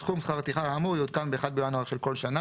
סכום שכר הטרחה האמור יעודכן ב-1 בינואר של כל שנה,